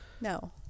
No